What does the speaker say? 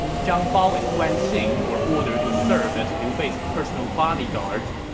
zhang bao and guan xing were ordered to serve as liu bei's personal bodyguards.